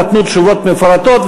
נתנו תשובות מפורטות,